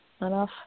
enough